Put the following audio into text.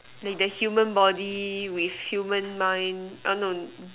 may the human body with human mind err no